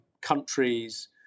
countries